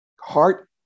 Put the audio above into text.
heart